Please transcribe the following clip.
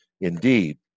Indeed